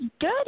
Good